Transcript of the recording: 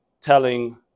telling